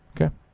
Okay